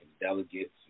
delegates